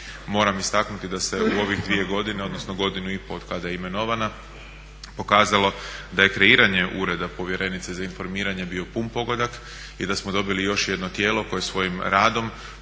Moram istaknuti da se u ovih 2 godine, odnosno godinu i pol otkada je imenovana pokazalo da je kreiranje ureda povjerenice za informiranje bio puno pogodak i da smo dobili još jedno tijelo koje svojim radom